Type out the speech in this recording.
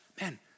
man